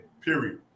period